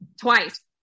Twice